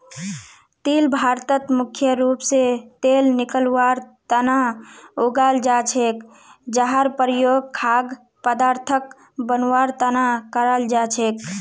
तिल भारतत मुख्य रूप स तेल निकलवार तना उगाल जा छेक जहार प्रयोग खाद्य पदार्थक बनवार तना कराल जा छेक